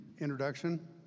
introduction